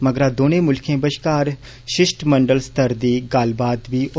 मगरा दौनें मुल्खैं बष्कार षिश्टमंडल स्तर दी गल्लबात बी होई